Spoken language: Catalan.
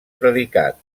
predicat